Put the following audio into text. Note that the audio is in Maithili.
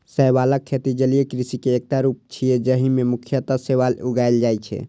शैवालक खेती जलीय कृषि के एकटा रूप छियै, जाहि मे मुख्यतः शैवाल उगाएल जाइ छै